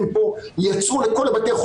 נעשה פה דיון עם מנהלי בתי החולים,